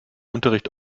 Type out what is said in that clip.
unterricht